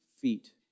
feet